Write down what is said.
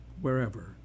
wherever